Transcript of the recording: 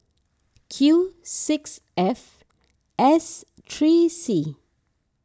Q six F S three C